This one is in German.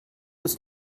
ist